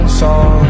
song